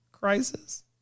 crisis